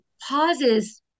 pauses